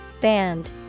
band